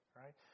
right